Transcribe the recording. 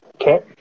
Okay